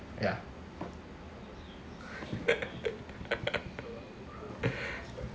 ya